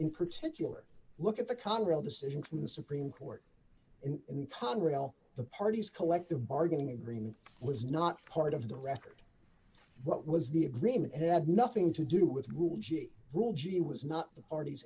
in particular look at the congress decision from the supreme court and congress the parties collective bargaining agreement was not part of the record what was the agreement it had nothing to do with rule g g was not the parties